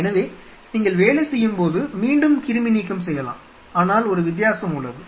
எனவே நீங்கள் வேலை செய்யும் போது மீண்டும் கிருமி நீக்கம் செய்யலாம் ஆனால் ஒரு வித்தியாசம் உள்ளது